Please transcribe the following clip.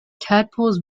tadpoles